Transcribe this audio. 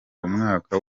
umwaka